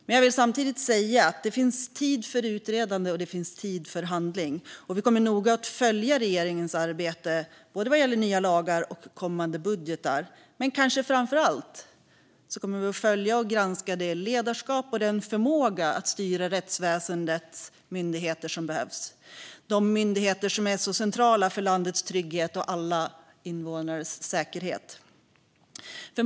Men jag vill samtidigt säga att det finns tid för utredande och tid för handling. Vi kommer noga att följa regeringens arbete vad gäller både nya lagar och kommande budgetar. Men vi kommer kanske framför allt att följa och granska det ledarskap och den förmåga som behövs för att styra rättsväsendets myndigheter. Det är de myndigheter som är centrala för landets trygghet och alla invånares säkerhet.